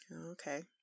Okay